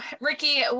Ricky